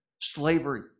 Slavery